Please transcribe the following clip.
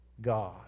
God